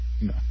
No